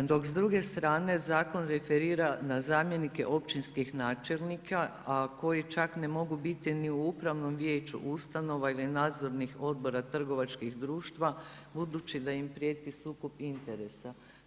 dok s druge strane zakon referira na zamjenike općinskih načelnika, a koji čak ne mogu biti ni u upravnom vijeću ustanova ili nadzornih odbora trgovačkih društva budući da im prijeti sukob interesa.